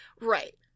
right